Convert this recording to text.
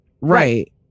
Right